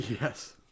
Yes